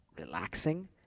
relaxing